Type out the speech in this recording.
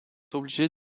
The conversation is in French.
obligés